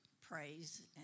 praise